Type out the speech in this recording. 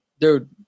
Dude